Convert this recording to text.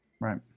Right